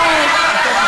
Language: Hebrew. מה קרה?